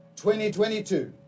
2022